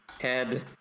head